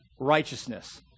righteousness